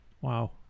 Wow